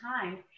time